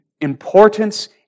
importance